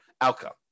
outcome